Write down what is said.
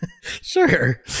Sure